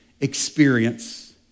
experience